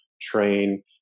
Train